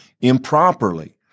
improperly